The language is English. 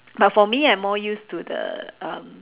but for me I'm more used to the um